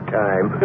time